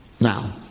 Now